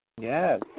Yes